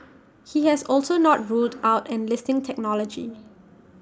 he has also not ruled out enlisting technology